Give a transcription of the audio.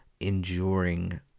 enduring